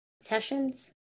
sessions